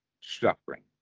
suffering